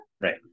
right